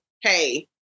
Hey